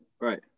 Right